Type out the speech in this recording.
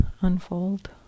unfold